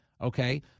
Okay